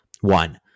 one